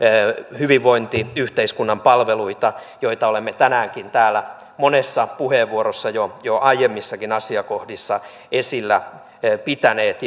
hyvinvointiyhteiskunnan palveluita joita olemme tänäänkin täällä monessa puheenvuorossa jo jo aiemmissakin asiakohdissa esillä pitäneet